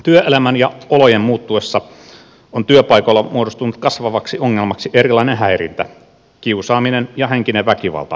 työelämän ja olojen muuttuessa on työpaikoilla muodostunut kasvavaksi ongelmaksi erilainen häirintä kiusaaminen ja henkinen väkivalta